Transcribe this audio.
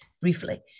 briefly